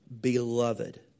beloved